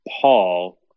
Paul